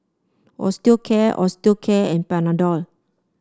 Osteocare Osteocare and Panadol